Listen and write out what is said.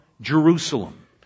Jerusalem